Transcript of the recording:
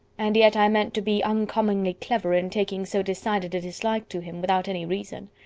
and yet i meant to be uncommonly clever in taking so decided a dislike to him, without any reason.